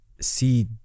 see